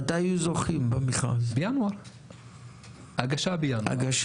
מי שבזמנו ביקש ממני זה ארגון גרינפיס,